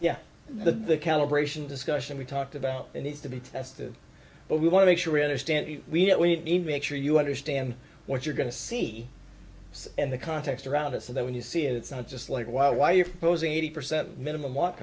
yeah the calibration discussion we talked about the need to be tested but we want to make sure we understand we need to make sure you understand what you're going to see and the context around it so that when you see it it's not just like well why you're proposing eighty percent minimum what